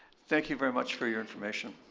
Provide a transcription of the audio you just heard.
thank you very much for your information.